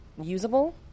usable